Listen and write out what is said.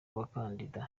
abakandida